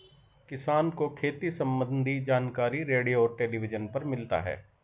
किसान को खेती सम्बन्धी जानकारी रेडियो और टेलीविज़न पर मिलता है